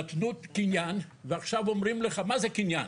נתנו קניין ועכשיו אומרים לך מה זה קניין?